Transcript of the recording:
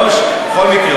בכל מקרה,